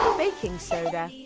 baking soda,